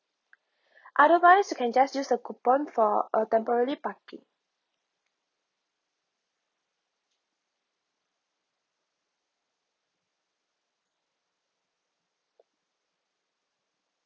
otherwise you can just the coupon for a temporary carpark